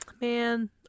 man